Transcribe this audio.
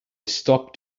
stopped